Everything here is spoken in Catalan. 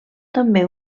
també